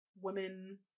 women